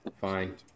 fine